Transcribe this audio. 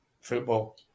football